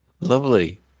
Lovely